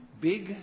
big